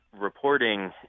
reporting